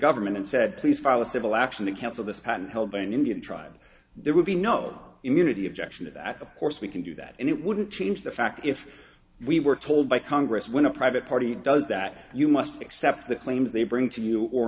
government and said please file a civil action to cancel this patent held by an indian tribe there would be no immunity objection to that of course we can do that and it wouldn't change the fact if we were told by congress when a private party does that you must accept the claims they bring to you or